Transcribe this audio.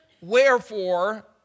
wherefore